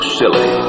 silly